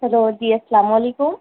hello جی السلام علیکم